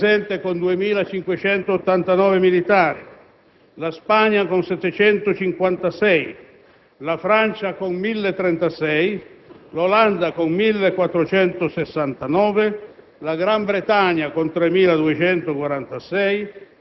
Dalla fine del 2005 ad oggi i contingenti di Germania, Spagna, Francia e Olanda risultano sostanzialmente stabili; quello della Gran Bretagna risulta ridotto, in attesa di rinforzi in arrivo fra aprile e maggio.